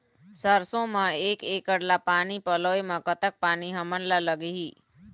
सरसों म एक एकड़ ला पानी पलोए म कतक पानी हमन ला लगही?